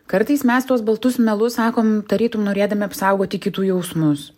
kartais mes tuos baltus melus sakom tarytum norėdami apsaugoti kitų jausmus